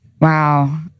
Wow